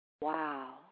Wow